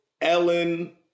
Ellen